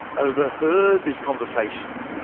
overheard this conversation,